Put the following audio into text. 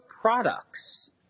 Products